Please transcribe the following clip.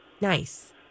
Nice